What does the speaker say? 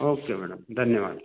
okay madam धन्यवाद